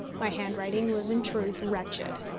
my handwriting was in truth wretched.